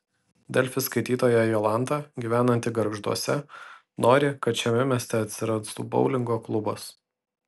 delfi skaitytoja jolanta gyvenanti gargžduose nori kad šiame mieste atsirastų boulingo klubas